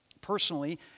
Personally